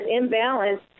imbalance